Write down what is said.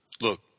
Look